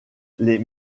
les